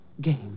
game